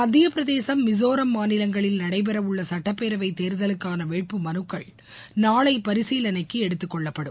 மத்தியப்பிரதேசம் மிசோரம் மாநிலங்களில் நடைபெறவுள்ள சுட்டப்பேரவைத் தேர்தலுக்கான வேட்புமனுக்கள் நாளை பரிசீலனைக்கு எடுத்துக்கொள்ளப்படும்